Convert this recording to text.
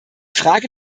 frage